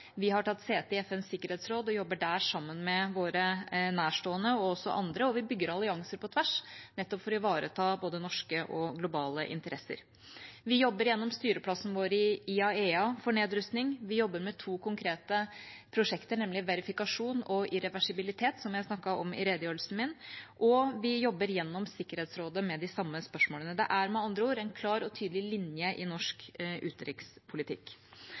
Vi har tatt sete i FNs sikkerhetsråd og jobber der sammen med våre nærstående og også andre, og vi bygger allianser på tvers, nettopp for å ivareta både norske og globale interesser. Vi jobber gjennom styreplassen vår i IAEA for nedrustning, vi jobber med to konkrete prosjekter, nemlig verifikasjon og irreversibilitet, som jeg snakket om i redegjørelsen min. Og vi jobber gjennom Sikkerhetsrådet med de samme spørsmålene. Det er med andre ord en klar og tydelig linje i norsk utenrikspolitikk.